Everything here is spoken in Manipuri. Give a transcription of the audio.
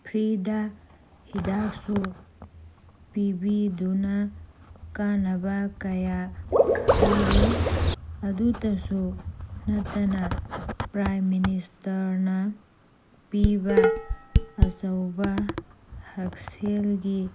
ꯐ꯭ꯔꯤꯗ ꯍꯤꯗꯥꯛꯁꯨ ꯄꯤꯕꯤꯗꯨꯅ ꯀꯥꯟꯅꯕ ꯀꯌꯥ ꯄꯤꯔꯤ ꯑꯗꯨꯇꯁꯨ ꯅꯠꯇꯅ ꯄ꯭ꯔꯥꯏꯝ ꯃꯤꯅꯤꯁꯇꯔꯅ ꯄꯤꯕ ꯑꯆꯧꯕ ꯍꯛꯁꯦꯜꯒꯤ